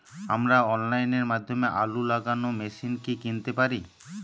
আমরা অনলাইনের মাধ্যমে আলু লাগানো মেশিন কি কিনতে পারি?